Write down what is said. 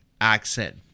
accent